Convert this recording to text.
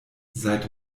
seit